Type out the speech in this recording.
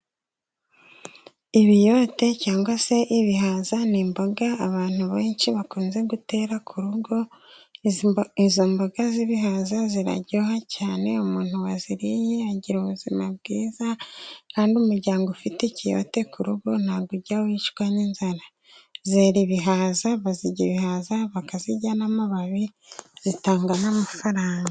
Ibiyote cyangwa se ibihaza ni imboga abantu benshi bakunze gutera ku rugo, izo mboga z'ibihaza ziraryoha cyane, umuntu waziriye agira ubuzima bwiza, kandi umuryango ufite ikiyote ku rugo, ntabwo ujya wicwa n'inzara, zera ibihaza bazirya ibihaza, bakazirya n'amababi zitanga n'amafaranga.